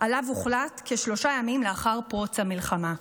שעליו הוחלט כשלושה ימים לאחר פרוץ המלחמה.